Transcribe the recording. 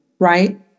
right